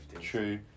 True